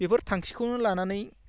बेफोर थांखिखौनो लानानै